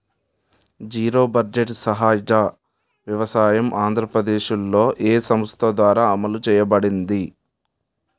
Zero budget సహజ వ్యవసాయం ఆంధ్రప్రదేశ్లో, ఏ సంస్థ ద్వారా అమలు చేయబడింది?